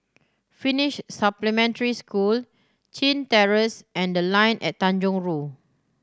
Finnish Supplementary School Chin Terrace and The Line at Tanjong Rhu